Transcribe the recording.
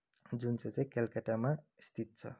जुन चाहिँ चाहिँ कलकत्तामा स्थित छ